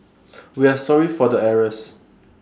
we are sorry for the errors